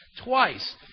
Twice